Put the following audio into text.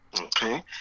Okay